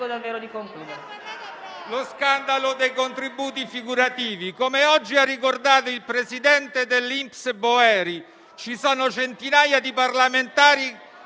Lo scandalo dei contributi figurativi. Come oggi ha ricordato l'ex presidente dell'INPS Boeri, ci sono centinaia di parlamentari